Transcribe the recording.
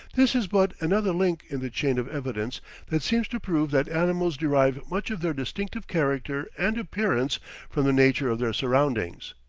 this is but another link in the chain of evidence that seems to prove that animals derive much of their distinctive character and appearance from the nature of their surroundings.